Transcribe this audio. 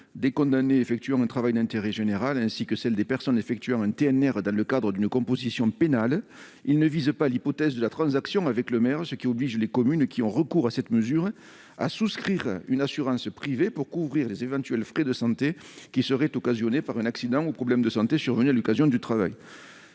des condamnés effectuant un TIG ainsi que celle des personnes effectuant un TNR dans le cadre d'une composition pénale, il ne vise pas l'hypothèse de la transaction avec le maire, ce qui oblige les communes qui ont recours à cette mesure à souscrire une assurance privée pour couvrir les éventuels frais de santé qui seraient occasionnés par un accident ou un problème de santé survenu à l'occasion du travail.